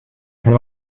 kann